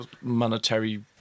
monetary